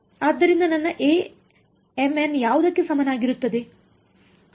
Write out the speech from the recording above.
ಆದ್ದರಿಂದ ನನ್ನ Amn ಯಾವುದಕ್ಕೆ ಸಮನಾಗಿರುತ್ತದೆ